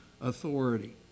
authority